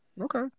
Okay